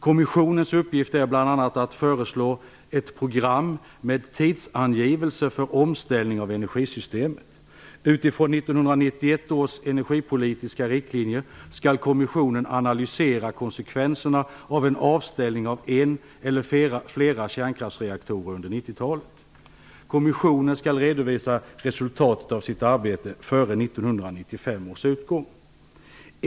Kommissionens uppgift är bl.a. att föreslå ett program med tidsangivelser för omställning av energisystemet. Utifrån 1991 års energipolitiska riktlinjer skall kommissionen analysera konsekvenserna av en avställning av en eller flera kärnkraftsreaktorer under 1990-talet. Kommissionen skall redovisa resultatet av sitt arbete före 1995 års utgång.